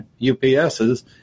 UPSs